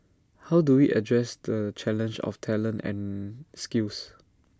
how do we addressed the challenge of talent and skills